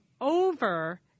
over